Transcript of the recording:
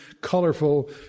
colorful